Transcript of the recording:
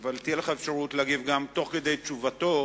תהיה לך אפשרות להגיב גם תוך כדי תשובתו,